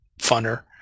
funner